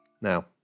Now